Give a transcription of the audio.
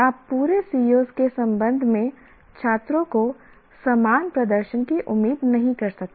आप पूरे COs के संबंध में छात्रों से समान प्रदर्शन की उम्मीद नहीं कर सकते